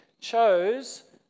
chose